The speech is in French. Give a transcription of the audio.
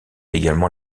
également